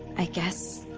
i guess.